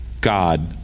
God